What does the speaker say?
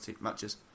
matches